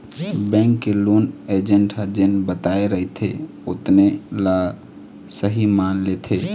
bank के loan agent ह जेन बताए रहिथे ओतने ल सहीं मान लेथे